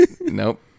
Nope